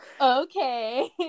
Okay